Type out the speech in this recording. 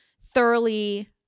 thoroughly